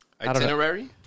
Itinerary